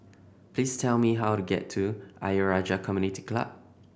please tell me how to get to Ayer Rajah Community Club